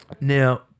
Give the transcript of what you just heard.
Now